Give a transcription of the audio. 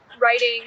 writing